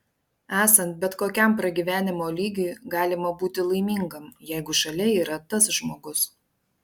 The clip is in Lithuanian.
esant bet kokiam pragyvenimo lygiui galima būti laimingam jeigu šalia yra tas žmogus